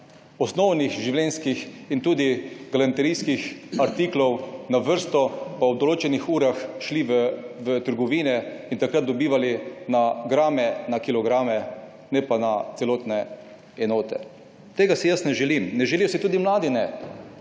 osnovnih življenjskih in tudi galanterijskih artiklov čakali na vrsto pa ob določenih urah šli v trgovine in dobivali na grame, na kilograme, ne pa na celotne enote. Tega si jaz ne želim. Tega se ne želijo tudi mladi.